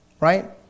right